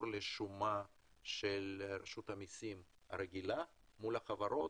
לשומה של רשות המסים הרגילה מול החברות.